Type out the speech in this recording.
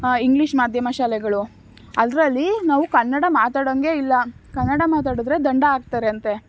English ಮಾಧ್ಯಮ ಶಾಲೆಗಳು ಅದರಲ್ಲಿ ನಾವು ಕನ್ನಡ ಮಾತಾಡೊಂಗೆ ಇಲ್ಲ ಕನ್ನಡ ಮಾತಾಡಿದ್ರೆ ದಂಡ ಹಾಕ್ತಾರೆ ಅಂತೆ